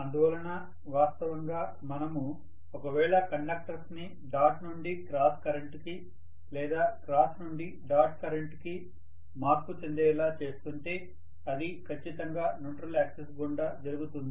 అందువలన వాస్తవంగా మనము ఒకవేళ కండక్టర్స్ ని డాట్ నుండి క్రాస్ కరెంటు కి లేదా క్రాస్ నుండి డాట్ కరెంటు కి మార్పు చెందేలా చేస్తుంటే అది ఖచ్చితంగా న్యూట్రల్ యాక్సిస్ గుండా జరుగుతుంది